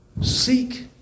Seek